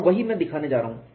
और वही मैं दिखाने जा रहा हूं